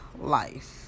life